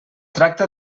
tracta